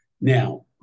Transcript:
Now